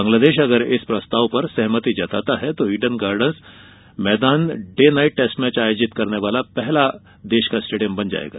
बांग्लादेश अगर इस प्रस्ताव पर सहमति जताता है तो ईडन गार्डन्स मैदान डे नाइट टेस्ट का आयोजन करने वाला देश का पहला स्टेडियम होगा